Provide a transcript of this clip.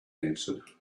answered